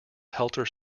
helter